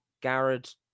Garrett